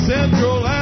Central